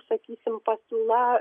sakysim pasiūla